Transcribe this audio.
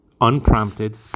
unprompted